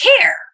care